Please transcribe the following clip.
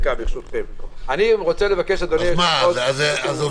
אני רוצה לבקש שזה לא